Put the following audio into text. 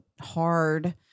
hard